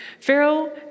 Pharaoh